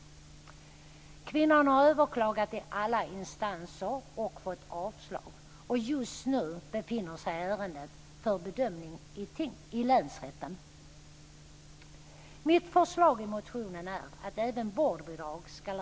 Kvinnan har överklagat i alla instanser och fått avslag. Just nu ligger ärendet i länsrätten för bedömning.